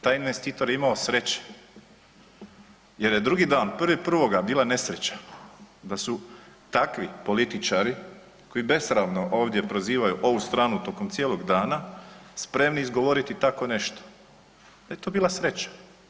Taj investitor je imao sreće, jer je drugi dan 1.1. bila nesreća da su takvi političari koji besramno ovdje prozivaju ovu stranu tokom cijelog dana spremni izgovoriti tako nešto, ona je to bila sreća.